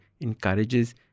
encourages